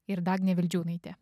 ir dagnė vildžiūnaitė